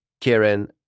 Karen